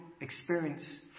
experience